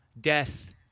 death